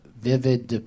vivid